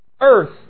earth